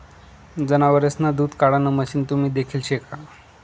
जनावरेसना दूध काढाण मशीन तुम्ही देखेल शे का?